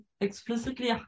explicitly